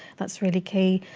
that's really key.